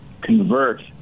convert